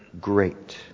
great